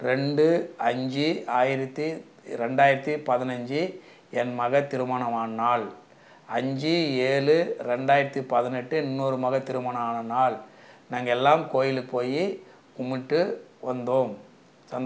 ரெண்டு அஞ்சு ஆயிரத்தி ரெண்டாயிரத்தி பதினஞ்சு என் மகள் திருமணமான நாள் அஞ்சு ஏழு ரெண்டாயிரத்தி பதினெட்டு இன்னொரு மகள் திருமணம் ஆன நாள் நாங்கள் எல்லாரும் கோயிலுக்கு போய் கும்பிட்டு வந்தோம் சந்